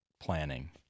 planning